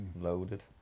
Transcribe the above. Loaded